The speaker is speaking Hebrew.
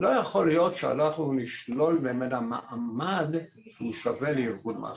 לא יכול להיות שאנחנו נשלול ממנה מעמד ששווה לארגון מעסיקים.